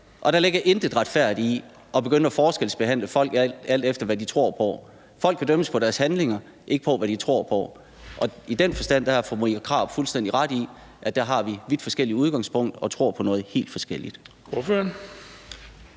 og der ligger intet retfærdigt i at begynde at forskelsbehandle folk alt efter, hvad de tror på. Folk kan dømmes på deres handlinger, ikke på, hvad de tror på. I den forstand har fru Marie Krarup fuldstændig ret i, at der har vi et vidt forskelligt udgangspunkt, og at vi tror på noget helt forskelligt.